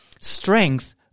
strength